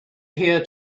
here